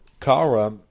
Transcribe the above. Kara